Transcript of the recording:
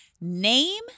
Name